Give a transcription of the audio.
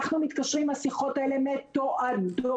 אנחנו מתקשרים והשיחות האלו מתועדות.